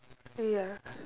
ya